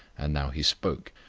and now he spoke.